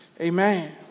Amen